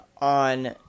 On